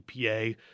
EPA